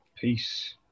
Peace